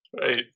Right